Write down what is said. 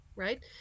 right